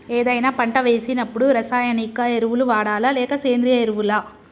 ఏదైనా పంట వేసినప్పుడు రసాయనిక ఎరువులు వాడాలా? లేక సేంద్రీయ ఎరవులా?